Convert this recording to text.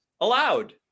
allowed